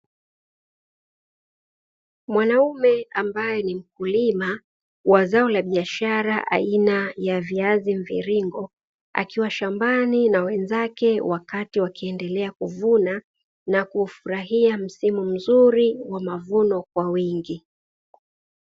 Mwanaume ambaye ni mkulima wa zao la biashara aina ya viazi mviringo akiwa shambani na wenzake wakati wakiendelea kuvuna na kufurahia msimu mzuri wa mavuno kwa wingi.